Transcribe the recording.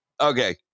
Okay